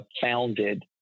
founded